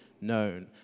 known